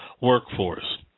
workforce